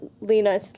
lena